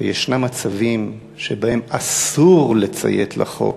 ויש מצבים שבהם אסור לציית לחוק,